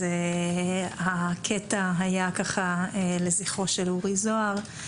הקטע היה לזכרו של אורי זוהר.